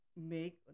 make